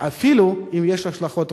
אפילו אם יש השלכות רוחב.